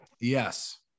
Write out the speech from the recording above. Yes